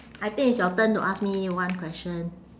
I think it's your turn to ask me one question